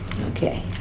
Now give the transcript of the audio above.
Okay